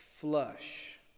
Flush